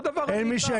אני אומר